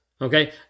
okay